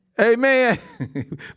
Amen